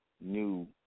new